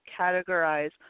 categorize